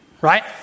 right